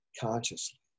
consciously